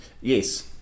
Yes